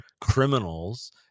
criminals